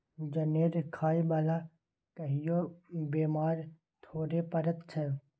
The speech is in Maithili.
जनेर खाय बला कहियो बेमार थोड़े पड़ैत छै